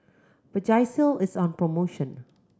vagisil is on promotion